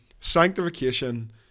sanctification